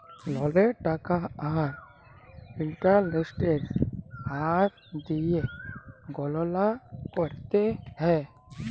ললের টাকা আর ইলটারেস্টের হার দিঁয়ে গললা ক্যরতে হ্যয়